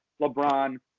LeBron